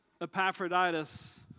Epaphroditus